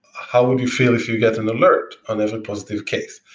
how would you feel if you get an alert and there's a positive case?